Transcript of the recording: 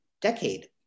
decade